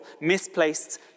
misplaced